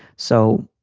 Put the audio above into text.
so,